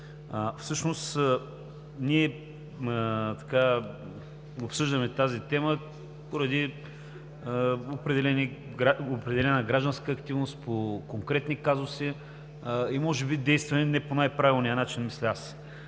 Всъщност ние обсъждаме тази тема поради определена гражданска активност, по конкретни казуси и може би действаме по най-правилния начин, мисля аз.